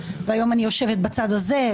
והיום אני יושבת בצד הזה,